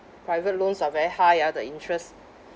private loans are very high ah the interest